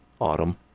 autumn